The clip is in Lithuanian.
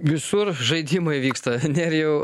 visur žaidimai vyksta nerijau